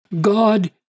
God